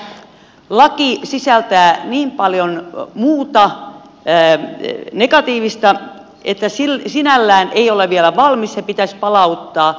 mutta tämä laki sisältää niin paljon muuta negatiivista että sinällään se ei ole vielä valmis ja pitäisi palauttaa